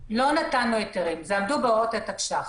לא נתנו היתרים, הן עמדו בהוראות התקש"ח.